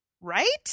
Right